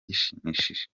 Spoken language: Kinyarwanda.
gishimishije